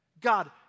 God